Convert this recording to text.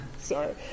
Sorry